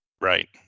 Right